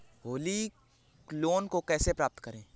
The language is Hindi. होली लोन को कैसे प्राप्त करें?